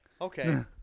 okay